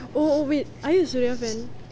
oh oh wait are you a suriya fan